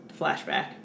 Flashback